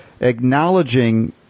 acknowledging